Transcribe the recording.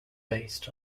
based